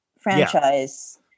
franchise